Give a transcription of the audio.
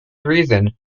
reason